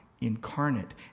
incarnate